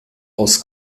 aus